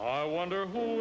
i wonder who